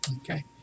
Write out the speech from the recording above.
Okay